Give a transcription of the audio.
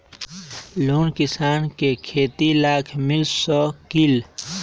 Loan किसान के खेती लाख मिल सकील?